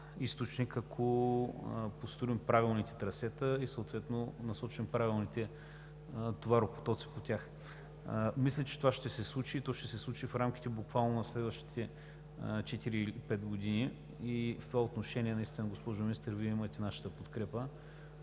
източник, ако построим правилните трасета и съответно насочим правилните товаропотоци по тях. Мисля, че това ще се случи и то ще се случи в рамките буквално на следващите четири или пет години. В това отношение, госпожо Министър, Вие имате нашата подкрепа